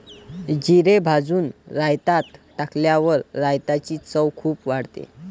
जिरे भाजून रायतात टाकल्यावर रायताची चव खूप वाढते